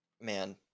Man